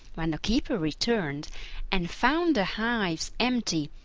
when the keeper returned and found the hives empty,